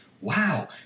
wow